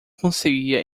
conseguia